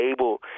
able